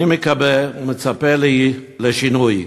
אני מקווה ומצפה לשינוי,